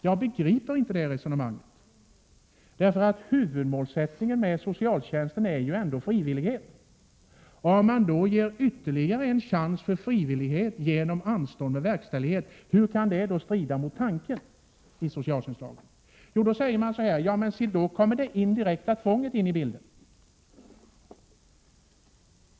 Jag begriper inte ett sådant resonemang, för huvudmålet med socialtjänsten är ju frivillighet. Har man gett ytterligare en chans för frivillighet genom anstånd med verkställighet, hur skall detta kunna strida mot socialtjänstens anda? Jo, säger man, då kommer det indirekta tvånget in i bilden.